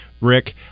Rick